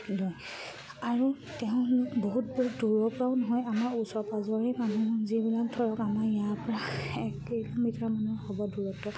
লয় আৰু তেওঁলোক বহুত দূৰৰ পৰাও নহয় আমাৰ ওচৰ পাঁজৰেই মানুহ যিবিলাক ধৰক আমাৰ ইয়াৰ পৰা এক কেইমিটাৰ মানুহৰ হ'ব দূৰত্ব